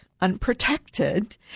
Unprotected